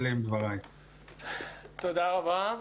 תודה רבה.